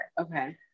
okay